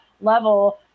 level